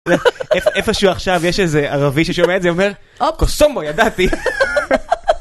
איפה שהוא עכשיו יש איזה ערבי ששומע את זה אומר או כוסומו ידעתי.